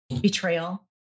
betrayal